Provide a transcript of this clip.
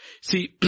see